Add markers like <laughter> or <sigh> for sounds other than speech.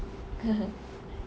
<laughs>